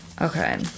Okay